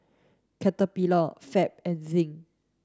Caterpillar Fab and Zinc